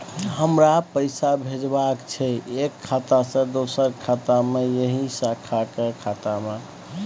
हमरा पैसा भेजबाक छै एक खाता से दोसर खाता मे एहि शाखा के खाता मे?